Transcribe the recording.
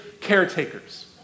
caretakers